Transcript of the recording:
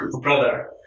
Brother